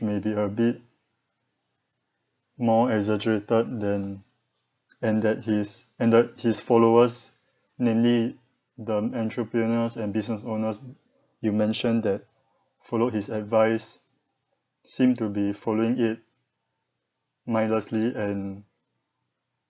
may be a bit more exaggerated than and that his and that his followers mainly the entrepreneurs and business owners you mention that followed his advice seemed to be following it mindlessly and